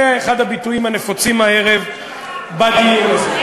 זה אחד הביטויים הנפוצים הערב בדיון הזה.